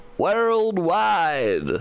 worldwide